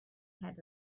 had